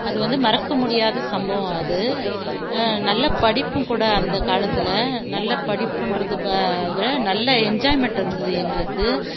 அது வந்து மறக்க முடியாத சம்பவம் அது நல்ல படிப்பும் கூட அந்த காலத்தில் நல்ல படிப்புங்றது வேறு நல்ல என்ஜாய்மெண்ட்டு இருந்தது எங்களுக்கு